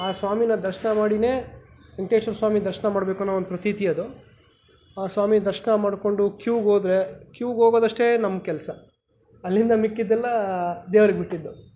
ಆ ಸ್ವಾಮಿನ ದರ್ಶನ ಮಾಡಿನೇ ವೆಂಕಟೇಶ್ವರ ಸ್ವಾಮಿ ದರ್ಶನ ಮಾಡ್ಬೇಕು ಅನ್ನೋ ಒಂದು ಪ್ರತೀತಿ ಅದು ಆ ಸ್ವಾಮಿ ದರ್ಶನ ಮಾಡಿಕೊಂಡು ಕ್ಯೂಗೆ ಹೋದ್ರೆ ಕ್ಯೂಗೆ ಹೋಗೋದಷ್ಟೇ ನಮ್ಮ ಕೆಲಸ ಅಲ್ಲಿಂದ ಮಿಕ್ಕಿದ್ದೆಲ್ಲ ದೇವ್ರಿಗೆ ಬಿಟ್ಟಿದ್ದು